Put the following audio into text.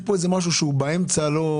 יש פה משהו שהוא לא סביר.